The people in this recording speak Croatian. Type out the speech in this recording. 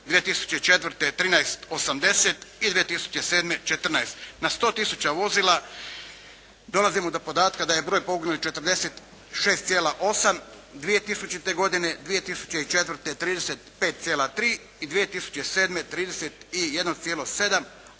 2004. 13,80 i 2007. 14. na sto tisuća vozila. Dolazimo do podatka da je broj poginulih 46,8 2000. godine, 2004. 35,3 i 2007. 31,7 a na